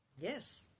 Yes